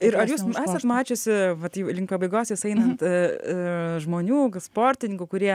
ir ar jūs esat mačiusi vat jau link pabaigos jos einant žmonių sportininkų kurie